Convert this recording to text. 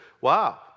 wow